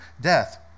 death